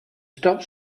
stop